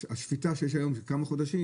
כן, נכנסו לקופת המדינה.